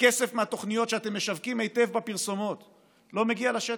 הכסף מהתוכניות שאתם משווקים היטב בפרסומות לא מגיע לשטח.